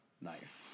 nice